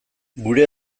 gure